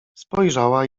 spojrzała